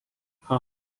ha